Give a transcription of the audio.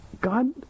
God